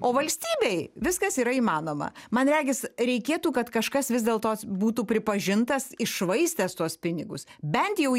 o valstybei viskas yra įmanoma man regis reikėtų kad kažkas vis dėl to būtų pripažintas iššvaistęs tuos pinigus bent jau